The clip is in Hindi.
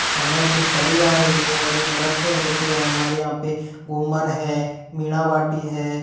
समय से चली आ रही है जो नृत्य होते हैं हमारे यहाँ पे घूमर है मीणाबाटी है